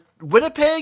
Winnipeg